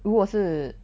如果是